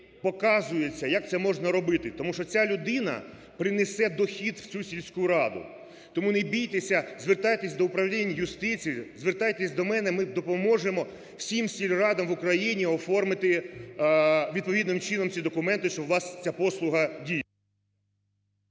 показується, як це можна робити, тому що ця людина принесе дохід в цю сільську раду. Тому не бійтеся, звертайтеся до управлінь юстиції, звертайтесь до мене, ми допоможемо всім сільрадам в Україні оформити відповідним чином ці документи, щоб у вас ця послуга діяла…